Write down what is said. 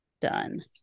done